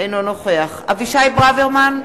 אינו נוכח אבישי ברוורמן,